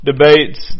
debates